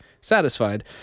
satisfied